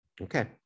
Okay